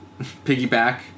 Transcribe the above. piggyback